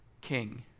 king